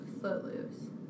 Footloose